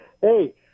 Hey